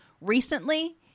recently